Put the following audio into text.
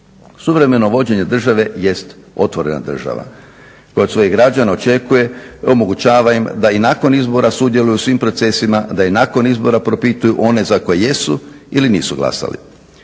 Suvremeno vođenje države jest otvorena država koja od svojih građana očekuje, omogućava im da i nakon izbora sudjeluje u svim procesima, da i nakon izbora propituju one za koje jesu ili nisu glasali.